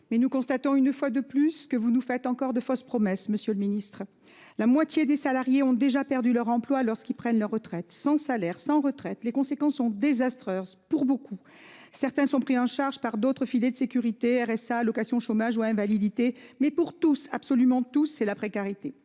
Mais nous constatons une fois de plus que vous nous faites encore de fausses promesses. Monsieur le Ministre, la moitié des salariés ont déjà perdu leur emploi lorsqu'ils prennent leur retraite sans salaire, sans retraite les conséquences sont désastreuses pour beaucoup. Certains sont pris en charge par d'autres filets de sécurité. RSA, allocations chômage ou invalidité mais pour tous, absolument tous et la précarité.